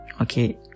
Okay